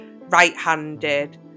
right-handed